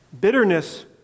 Bitterness